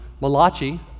malachi